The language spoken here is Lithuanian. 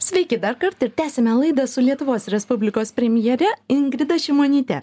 sveiki dar kartą ir tęsiame laidą su lietuvos respublikos premjere ingrida šimonyte